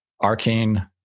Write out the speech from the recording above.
Arcane